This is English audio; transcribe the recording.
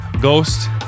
Ghost